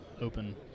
open